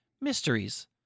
mysteries